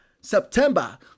September